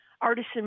artisan